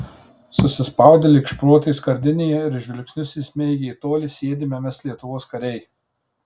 susispaudę lyg šprotai skardinėje ir žvilgsnius įsmeigę į tolį sėdime mes lietuvos kariai